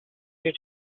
you